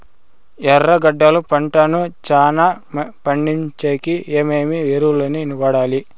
ఎర్రగడ్డలు పంటను చానా పండించేకి ఏమేమి ఎరువులని వాడాలి?